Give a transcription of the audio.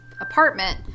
apartment